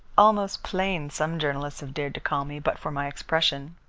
almost plain, some journalists have dared to call me, but for my expression.